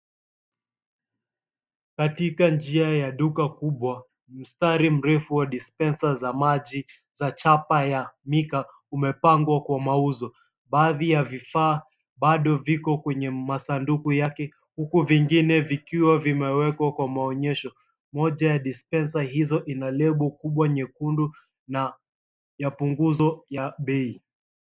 Katika njia ya duka kubwa, mstari mrefu wa dispenser za maji za chapa ya Mika, umepangwa kwa mauzo. Baadhi ya vifaa bado viko kwenye masanduku yake, huku vingine vikiwa vimewekwa kwa maonyesho. Moja ya dispenser hizo ina lebo kubwa nyekundu na ya punguzo ya bei.